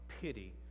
pity